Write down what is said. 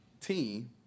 team